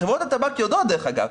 חברות הטבק יודעות, דרך אגב.